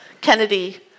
Kennedy